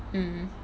mm